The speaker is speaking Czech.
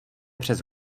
přes